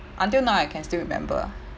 until now I can still remember ah